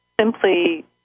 simply